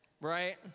right